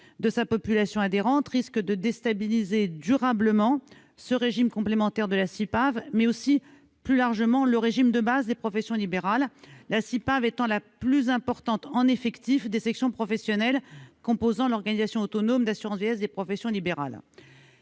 de sa population adhérente risque de déstabiliser durablement le régime complémentaire dont il s'agit et, plus largement, le régime de base des professions libérales ; au regard des effectifs, la CIPAV est la plus importante des sections professionnelles composant l'organisation autonome d'assurance vieillesse des professions libérales.